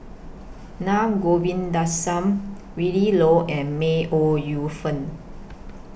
Naa Govindasamy Willin Low and May Ooi Yu Fen